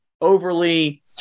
overly